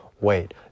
wait